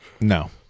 No